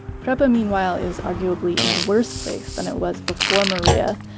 prepa meanwhile, is arguably in a worse place than it was before maria.